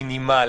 מינימלי,